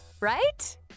right